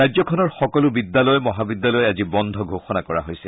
ৰাজ্যখনৰ সকলো বিদ্যালয় মহাবিদ্যালয় আজি বন্ধ ঘোষণা কৰা হৈছে